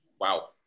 wow